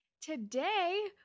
today